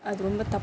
அது ரொம்ப தப்பு